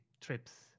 trips